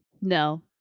no